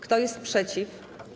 Kto jest przeciw?